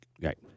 Right